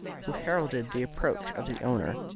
who heralded the approach of the owner,